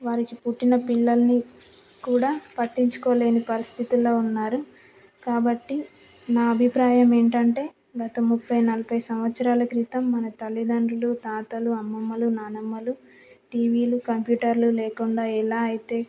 వారికి పుట్టిన పిల్లలని కూడా పట్టించుకోలేని పరిస్థితులలో ఉన్నారు కాబట్టి నా అభిప్రాయం ఏంటంటే గత ముప్పై నలభై సంవత్సరాల క్రితం మన తల్లిదండ్రులు తాతలు అమ్మమ్మలు నానమ్మలు టీవీలు కంప్యూటర్లు లేకుండా ఎలా అయితే